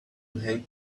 hang